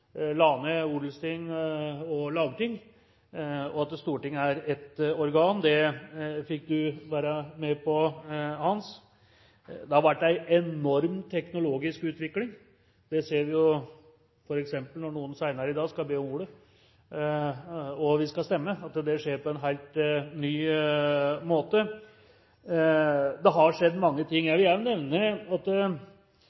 ned odelsting og lagting, og at Stortinget er ett organ. Det fikk du være med på, Hans. Det har vært en enorm teknologisk utvikling, det ser vi f.eks. når noen senere i dag skal be om ordet og vi skal stemme – det skjer på en helt ny måte. Det har skjedd mange ting. Jeg